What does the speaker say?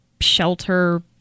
shelter